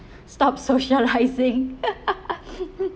stop socialising